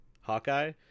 Hawkeye